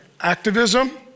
Activism